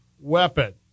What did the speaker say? weapon